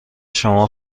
شما